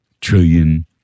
trillion